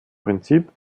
prinzip